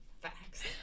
Facts